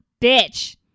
bitch